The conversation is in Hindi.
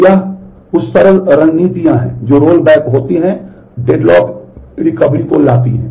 तो ये कुछ सरल रणनीतियाँ हैं जो रोलबैक होती हैं डेडलॉक रिकवरी को लाती हैं